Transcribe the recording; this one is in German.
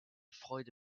freude